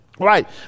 Right